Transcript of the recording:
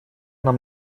нам